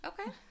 Okay